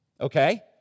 Okay